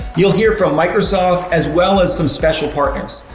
you'll hear from microsoft, as well as some special partners.